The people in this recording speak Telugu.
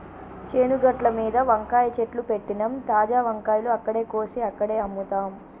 చేను గట్లమీద వంకాయ చెట్లు పెట్టినమ్, తాజా వంకాయలు అక్కడే కోసి అక్కడే అమ్ముతాం